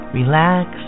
relax